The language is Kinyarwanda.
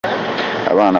abana